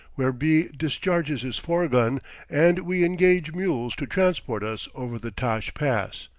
where b discharges his fourgon and we engage mules to transport us over the tash pass,